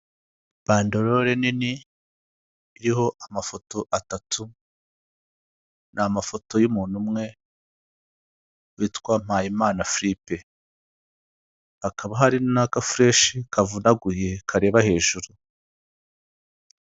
Bandorore nini iriho amafoto atatu, ni amafoto y'umuntu umwe witwa Mpayimana Philippe, akaba hari n'akagafureshi kavunaguye kareba hejuru.